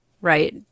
right